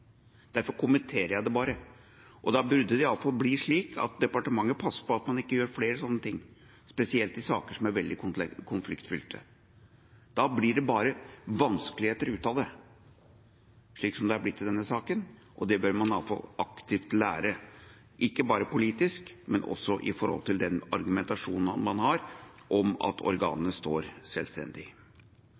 Derfor kommenterer jeg det bare. Da burde det iallfall bli slik at departementet passer på at man ikke gjør flere slike ting, spesielt i saker som er veldig konfliktfylte. Da blir det bare vanskeligheter ut av det, slik som det er blitt i denne saken. Det bør man iallfall aktivt lære, ikke bare politisk, men også i forhold til den argumentasjonen man har om at organene står selvstendig.